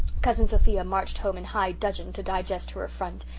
cousin sophia marched home in high dudgeon to digest her affront,